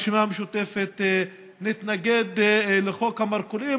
אנחנו ברשימה המשותפת נתנגד לחוק המרכולים,